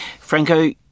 Franco